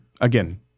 again